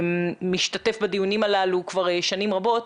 משתתף בדיונים הללו כבר שנים רבות,